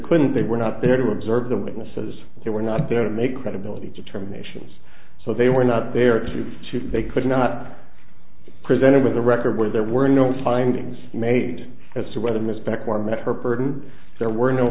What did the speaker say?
couldn't they were not there to observe the witnesses they were not there to make credibility determinations so they were not there to they could not presented with a record where there were no findings made as to whether ms beck or met her burden there were no